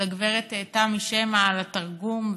לגברת תמי שמע על התרגום.